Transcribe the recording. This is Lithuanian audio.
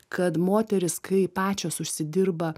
kad moterys kai pačios užsidirba